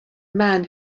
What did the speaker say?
man